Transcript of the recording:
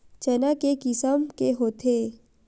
चना के किसम के होथे?